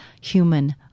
human